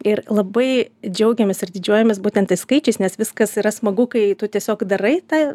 ir labai džiaugiamės ir didžiuojamės būtent tais skaičiais nes viskas yra smagu kai tu tiesiog darai tą